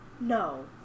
no